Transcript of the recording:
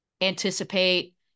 anticipate